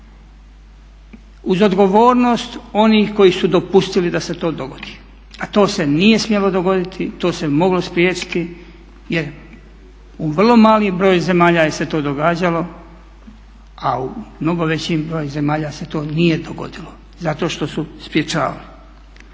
uz odgovornost onih koji su dopustili da se to dogodi. A to se nije smjelo dogoditi, to se moglo spriječiti jer u vrlo mali broj zemalja je se to događalo, a u mnogo većem broju zemalja se to nije dogodilo zato što su sprječavali.